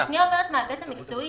אני מדברת מההיבט המקצועי.